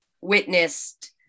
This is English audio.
witnessed